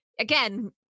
again